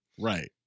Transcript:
Right